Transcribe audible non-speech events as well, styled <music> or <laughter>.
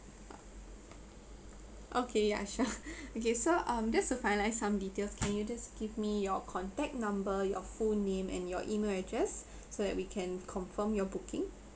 okay ya sure <laughs> okay so um just to finalise some details can you just give me your contact number your full name and your email address so that we can confirm your booking